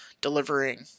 delivering